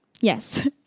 yes